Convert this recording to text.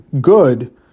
good